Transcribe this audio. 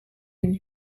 town